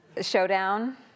showdown